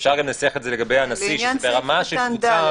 אפשר לנסח את זה לגבי הנשיא ברמה של קבוצה,